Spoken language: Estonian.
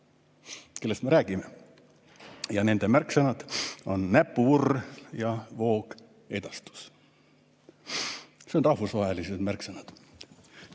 kellest me räägime, ja nende märksõnad on näppuvurr ja voogedastus. Need on rahvusvahelised märksõnad.